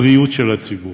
הבריאות של הציבור.